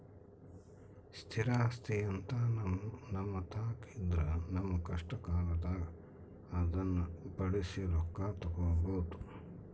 ಸ್ಥಿರ ಆಸ್ತಿಅಂತ ನಮ್ಮತಾಕ ಇದ್ರ ನಮ್ಮ ಕಷ್ಟಕಾಲದಾಗ ಅದ್ನ ಬಳಸಿ ರೊಕ್ಕ ತಗಬೋದು